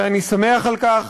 ואני שמח על כך.